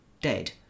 dead